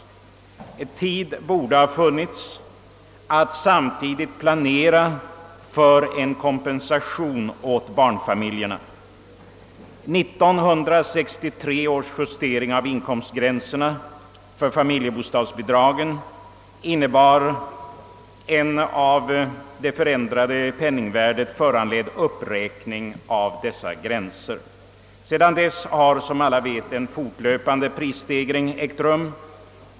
Tid borde ha funnits att samtidigt planera för en kompensation till barnfamiljerna. 1963 års justering av inkomstgränserna för familjebostadsbidragen innebar en av det förändrade penningvärdet föranledd uppräkning av gränserna. Sedan dess har, som alla vet, en fortlöpande prisstegring ägt rum.